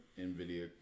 NVIDIA